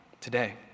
today